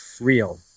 real